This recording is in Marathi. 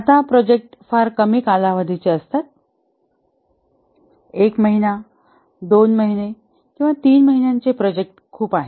आता प्रोजेक्ट फार कमी कालावधीचे असतात 1 महिना 2 महिना किंवा 3 महिन्याचे प्रोजेक्ट खूप आहेत